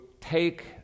take